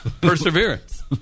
Perseverance